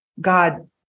God